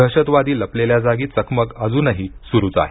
दहशतवादी लपलेल्या जागी चकमक अजून सुरू आहे